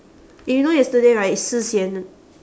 eh you know yesterday right si xian